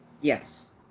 Yes